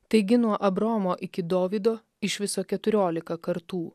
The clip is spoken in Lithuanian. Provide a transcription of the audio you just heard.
taigi nuo abraomo iki dovydo iš viso keturiolika kartų